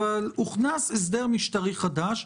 אבל הוכנס הסדר משטרי חדש.